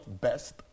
best